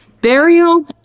burial